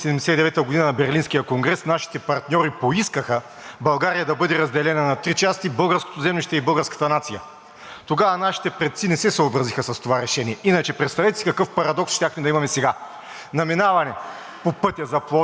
Тогава нашите предци не се съобразиха с това решение, иначе представете си какъв парадокс щяхме да имаме сега. На минаване по пътя за Пловдив на Траянови врата всички ние щяхме да минаваме митнически и граничен контрол, при спускане от Шипка също,